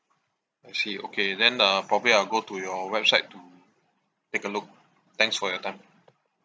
I see okay then uh probably I'll go to your website to take a look thanks for your time